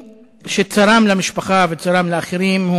שצרם למשפחה וצרם לאחרים,